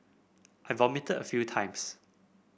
I vomited a few times